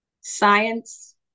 science